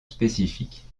spécifique